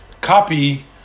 copy